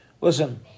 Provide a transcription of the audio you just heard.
listen